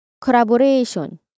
Collaboration